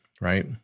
right